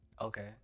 Okay